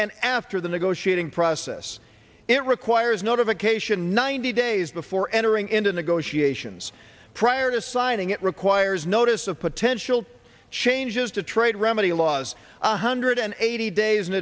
and after the negotiating process it requires notification ninety days before entering into negotiations prior to signing it requires notice of potential changes to trade remedy laws a hundred and eighty days in